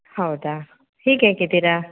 ಹೌದಾ ಈಗೇಗಿದ್ದೀರಾ